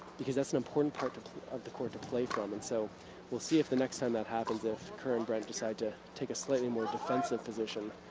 because that's an important part of of the court to play from. and so we'll see if the next time that happens, if kerr and brent decide to take a slightly more defensive position,